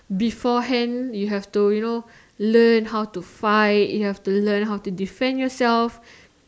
before hand you have to you know learn how to fight you have to learn how to defend yourself